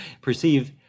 perceive